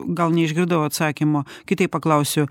gal neišgirdau atsakymo kitaip paklausiu